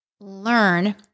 learn